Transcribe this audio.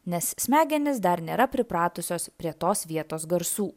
nes smegenys dar nėra pripratusios prie tos vietos garsų